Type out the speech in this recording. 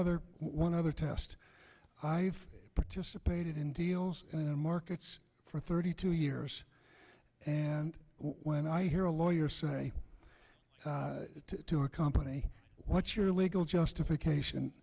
other one other test i've participated in deals in markets for thirty two years and when i hear a lawyer say to a company what's your legal justification